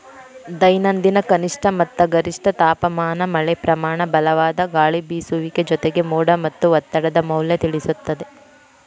ದೈನಂದಿನ ಕನಿಷ್ಠ ಮತ್ತ ಗರಿಷ್ಠ ತಾಪಮಾನ ಮಳೆಪ್ರಮಾನ ಬಲವಾದ ಗಾಳಿಬೇಸುವಿಕೆ ಜೊತೆಗೆ ಮೋಡ ಮತ್ತ ಒತ್ತಡದ ಮೌಲ್ಯ ತಿಳಿಸುತ್ತದೆ